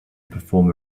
perform